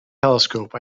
telescope